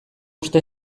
uste